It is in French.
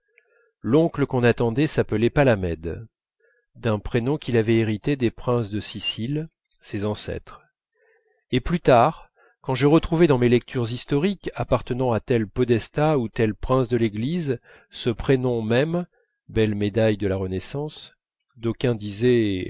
l'oncle qu'on attendait s'appelait palamède d'un prénom qu'il avait hérité des princes de sicile ses ancêtres et plus tard quand je retrouvai dans mes lectures historiques appartenant à tel podestat ou tel prince de l'église ce prénom même belle médaille de la renaissance d'aucuns disaient